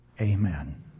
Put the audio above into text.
Amen